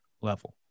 level